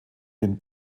den